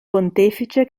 pontefice